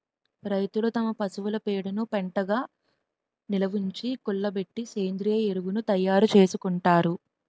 రైతులు తమ పశువుల పేడను పెంటగా నిలవుంచి, కుళ్ళబెట్టి సేంద్రీయ ఎరువును తయారు చేసుకుంటారు